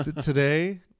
Today